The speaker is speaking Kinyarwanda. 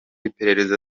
iperereza